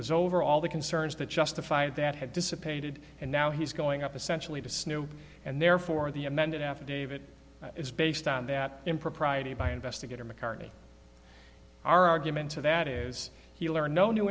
was over all the concerns that justified that had dissipated and now he's going up essentially to snoop and therefore the amended affidavit is based on that impropriety by investigator mccartney our argument to that is he learned no new